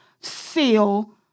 Seal